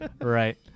Right